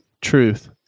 Truth